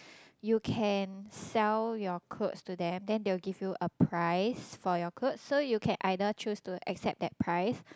you can sell your clothes to them then they will give you a price for your clothes so you can either choose to accept that price